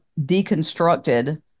deconstructed